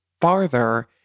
farther